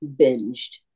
binged